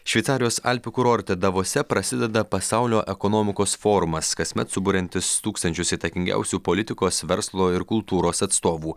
šveicarijos alpių kurorte davose prasideda pasaulio ekonomikos forumas kasmet suburiantis tūkstančius įtakingiausių politikos verslo ir kultūros atstovų